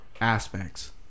aspects